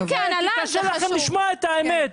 קשה לכם לשמוע את האמת,